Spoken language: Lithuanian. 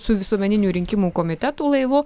su visuomeninių rinkimų komitetų laivu